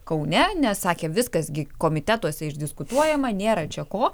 kaune nes sakė viskas gi komitetuose išdiskutuojama nėra čia ko